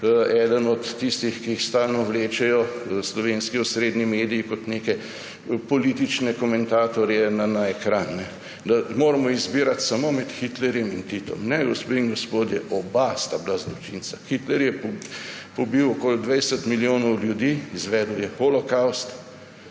eden od tistih, ki jih stalno vlečejo slovenski osrednji mediji kot neke politične komentatorje na ekran, da moramo izbirati samo med Hitlerjem in Titom. Ne, gospe in gospodje, oba sta bila zločinca. Hitler je pobil okoli 20 milijonov ljudi, izvedel je holokavst,